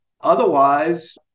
otherwise